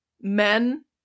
men